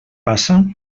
passa